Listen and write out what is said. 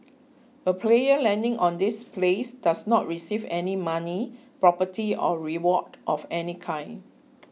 a player landing on this place does not receive any money property or reward of any kind